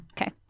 okay